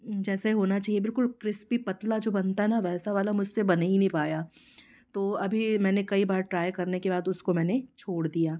जैसे होना चाहिए बिल्कुल क्रिस्पी पतला जो बनता है ना वैसा वाला मुझसे बना ही नहीं पाया तो अभी मैंने कई बार ट्राई करने के बाद उसको मैंने छोड़ दिया